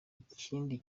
ikindi